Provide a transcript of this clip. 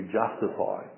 justify